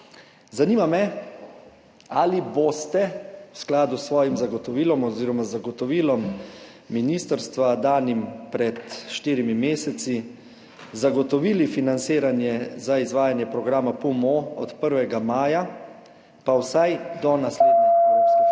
Zanima me: Ali boste v skladu s svojim zagotovilom oziroma zagotovilom ministrstva, danim pred štirimi meseci, zagotovili financiranje za izvajanje programa PUM-O od 1. maja pa vsaj do naslednje evropske finančne